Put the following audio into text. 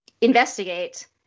investigate